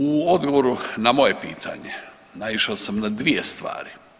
U odgovoru na moje pitanje naišao sam na dvije stvari.